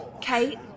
Kate